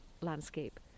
landscape